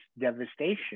devastation